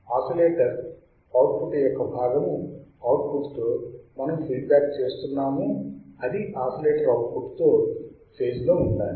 oscillator output యొక్క భాగము output తో మనము ఫీడ్ బ్యాక్ చేస్తున్నామో అది ఆసిలేటర్ ఔట్పుట్ తో ఫేజ్ లో ఉండాలి